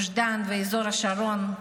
לגוש דן ולאזור השרון.